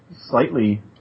slightly